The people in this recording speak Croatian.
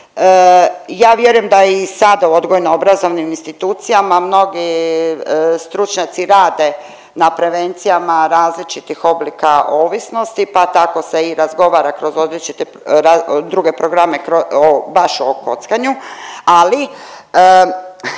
Ja vjerujem da i sada u odgojno obrazovnim institucijama mnogi stručnjaci rade na prevencijama različitih oblika ovisnosti, pa tako se i razgovara kroz druge programe baš o kockanju, ali